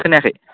खोनायाखै